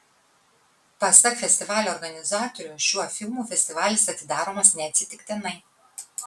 pasak festivalio organizatorių šiuo filmu festivalis atidaromas neatsitiktinai